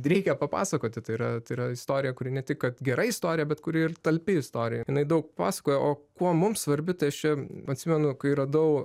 reikia papasakoti tai yra tai yra istorija kuri ne tik kad gera istorija bet kuri ir talpi istorija jinai daug pasakoja o kuo mums svarbi tai aš čia atsimenu kai radau